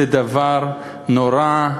וזה דבר נורא,